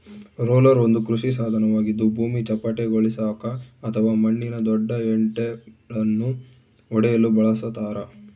roller ಒಂದು ಕೃಷಿ ಸಾಧನವಾಗಿದ್ದು ಭೂಮಿ ಚಪ್ಪಟೆಗೊಳಿಸಾಕ ಅಥವಾ ಮಣ್ಣಿನ ದೊಡ್ಡ ಹೆಂಟೆಳನ್ನು ಒಡೆಯಲು ಬಳಸತಾರ